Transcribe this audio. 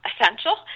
essential